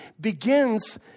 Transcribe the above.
begins